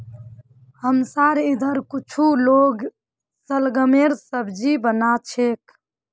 हमसार इधर कुछू लोग शलगमेर सब्जी बना छेक